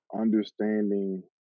understanding